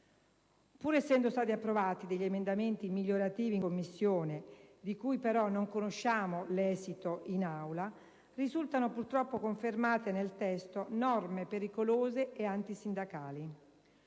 Pur essendo stati approvati alcuni emendamenti migliorativi in Commissione, di cui però non conosciamo l'esito in Aula, risultano purtroppo confermate nel testo norme pericolose e antisindacali.